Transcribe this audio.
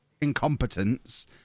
incompetence